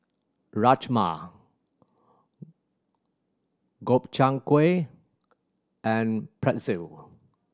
Rajma Gobchang Gui and Pretzel